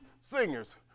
singers